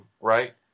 right